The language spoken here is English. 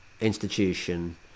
institution